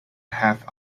half